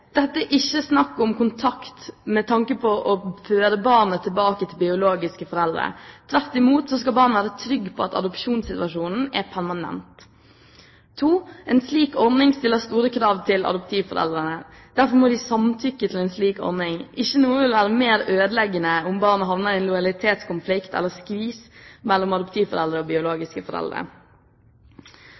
Dette er ikke snakk om kontakt med tanke på å føre barnet tilbake til biologiske foreldre. Tvert imot skal barnet være trygg på at adopsjonssituasjonen er permanent. En slik ordning stiller store krav til adoptivforeldrene. Derfor må de samtykke til en slik ordning. Ikke noe ville være mer ødeleggende enn om barnet havner i en lojalitetskonflikt eller skvis mellom adoptivforeldre og biologiske foreldre.